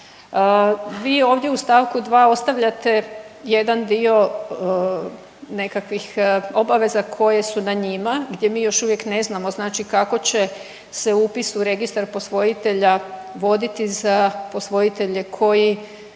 Vi ovdje u stavku 2. ostavljate jedan dio nekakvih obaveza koje su na njima gdje mi još uvijek ne znamo znači kako će se upis u registar posvojitelja voditi za posvojitelje koji,